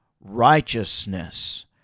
righteousness